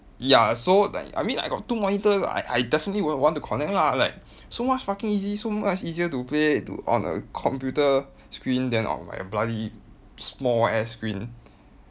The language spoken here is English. ya so like I mean I got two monitors I I definitely will want to connect lah like so much fucking easy so much easier to play to on a computer screen than on like bloody small ass screen